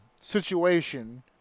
situation